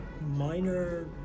minor